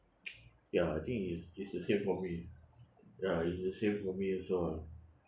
ya I think it's it's the same for me ya it's the same for me also ah